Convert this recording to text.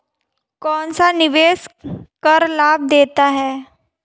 कौनसा निवेश कर लाभ देता है?